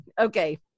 Okay